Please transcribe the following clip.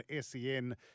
SEN